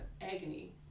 agony